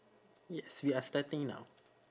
yes we are starting now